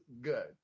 good